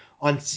on